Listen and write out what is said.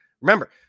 Remember